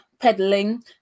peddling